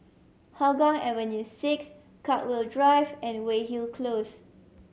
Hougang Avenue Six Chartwell Drive and Weyhill Close